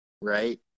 right